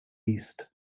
east